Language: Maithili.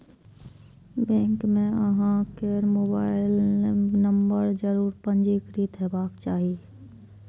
बैंक मे अहां केर मोबाइल नंबर जरूर पंजीकृत हेबाक चाही